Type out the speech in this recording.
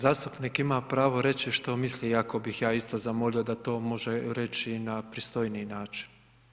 Zastupnik ima pravo reći što misli iako bih ja isto zamolio da to može reći na pristojniji način.